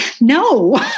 no